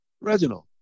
Reginald